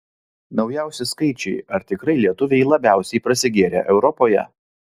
naujausi skaičiai ar tikrai lietuviai labiausiai prasigėrę europoje